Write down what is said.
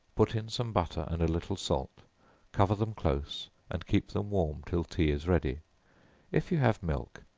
put in some butter and a little salt cover them close and keep them warm till tea is ready if you have milk,